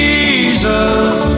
Jesus